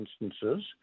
instances